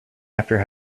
after